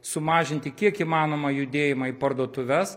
sumažinti kiek įmanoma judėjimą į parduotuves